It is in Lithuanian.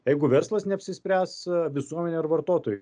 jeigu verslas neapsispręs visuomenė ir vartotojai